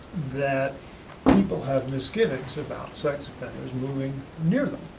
that people have misgivings about sex offenders moving near them.